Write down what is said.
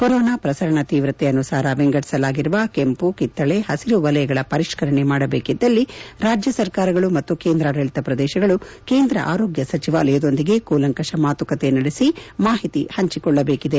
corona ಪ್ರಸರಣ ತೀವ್ರತೆ ಅನುಸಾರ ವಿಂಗಡಿಸಲಾಗಿರುವ ಕೆಂಪು ಕಿತ್ತಳೆ ಹಸಿರು ವಲಯಗಳ ಪರಿಷ್ಠರಣೆ ಮಾಡಬೇಕಿದ್ದಲ್ಲಿ ರಾಜ್ಯ ಸರಕಾರಗಳು ಮತ್ತು ಕೇಂದ್ರಾಡಳಿತ ಪ್ರದೇಶಗಳು ಕೇಂದ್ರ ಆರೋಗ್ಯ ಸಚಿವಾಲಯದೊಂದಿಗೆ ಕೂಲಂಕಷ ಮಾತುಕತೆ ನಡೆಸಿ ಮಾಹಿತಿ ಹಂಚಿಕೊಳ್ಳಬೇಕಿದೆ